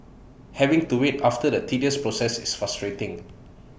having to wait after the tedious process is frustrating